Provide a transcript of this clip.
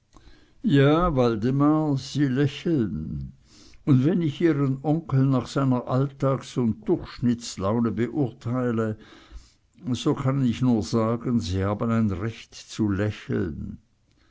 ja waldemar sie lächeln und wenn ich ihren onkel nach seiner alltags und durchschnittslaune beurteile so kann ich nur sagen sie haben ein recht zu lächeln